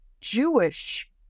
Jewish